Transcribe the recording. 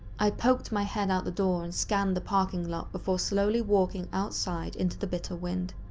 i poked my head out the door and scanned the parking lot before slowly walked outside into the bitter wind.